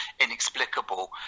inexplicable